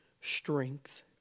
strength